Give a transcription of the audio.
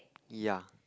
ya